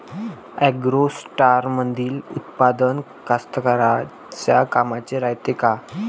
ॲग्रोस्टारमंदील उत्पादन कास्तकाराइच्या कामाचे रायते का?